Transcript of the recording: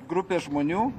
grupė žmonių